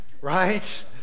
Right